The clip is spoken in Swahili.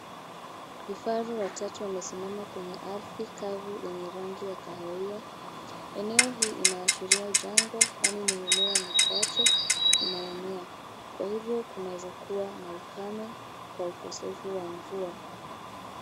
Vifaru watatu wamesimama kwenye ardhi kavu yenye rangi ya kahawia. Eneo hii inaashiria jangwa kwani ni mimea michache inayomea kwa hivyo kunaeza kuwa na ukame kwa ukosefu wa mvua.